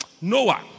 Noah